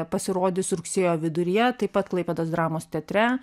pasirodys rugsėjo viduryje taip pat klaipėdos dramos teatre